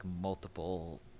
multiple